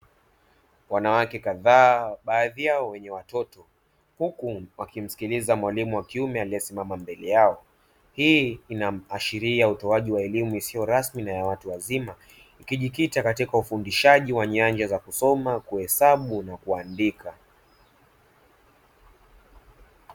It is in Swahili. Wanawake kadhaa, baadhi yao wenye watoto, humu wakimsikiliza mwalimu wa kiume aliyesimama mbele yao. Hii inamashiria utoaji wa elimu isiyo rasmi na ya watu wazima, ukijikita katika ufundishaji wa nyanja za kusoma, kuhesabu, na kuandika.